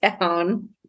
down